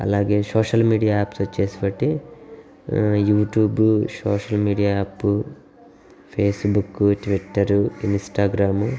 అలాగే social media apps వచ్చి బట్టి YouTube social media app Facebook Twitter Instagram